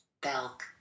Belk